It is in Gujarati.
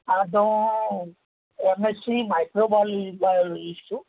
હા તો એમએસસી માઇક્રો બાયો બાયોલોજિસ્ટ છું